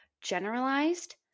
generalized